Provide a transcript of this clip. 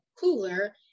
cooler